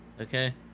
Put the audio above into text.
Okay